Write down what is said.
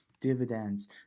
dividends